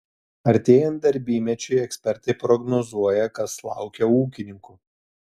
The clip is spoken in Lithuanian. artėjant darbymečiui ekspertai prognozuoja kas laukia ūkininkų